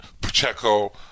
Pacheco